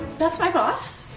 that's my boss.